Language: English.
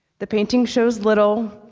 the painting shows little,